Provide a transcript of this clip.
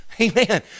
Amen